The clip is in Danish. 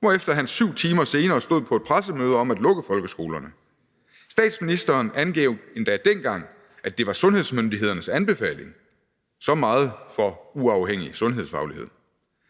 hvorefter han syv timer senere stod på et pressemøde, der handlede om at lukke folkeskolerne. Statsministeren angav endda dengang, at det var sundhedsmyndighedernes anbefaling. Så meget for uafhængig sundhedsfaglighed.